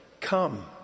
Come